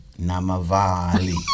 Namavali